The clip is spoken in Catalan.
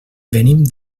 venim